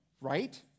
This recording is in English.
Right